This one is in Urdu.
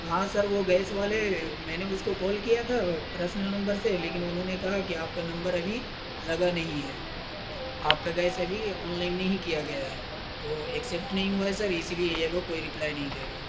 ہاں سر وہ گیس والے میں نے اس کو کال کیا تھا پرسنل نمبر سے لیکن انہوں نے کہا کہ آپ کا نمبر ابھی لگا نہیں ہے آپ کا گیس ابھی آنلائن نہیں کیا گیا ہے تو ایکسیپٹ نہیں ہوا ہے سر اسی لیے یہ لوگ کوئی رپلائی نہیں دے رہے ہیں